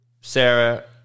Sarah